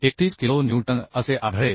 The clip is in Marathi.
31 किलो न्यूटन असे आढळेल